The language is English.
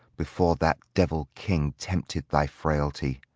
before that devil king tempted thy frailty,